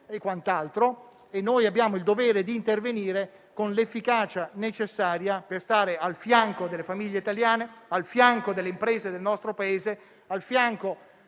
e quant'altro. Abbiamo il dovere di intervenire con l'efficacia necessaria per stare al fianco delle famiglie italiane, delle imprese del nostro Paese e di